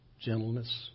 gentleness